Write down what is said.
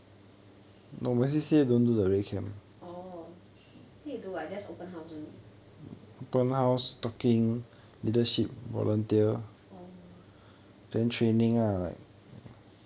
orh then you do what just open house only oh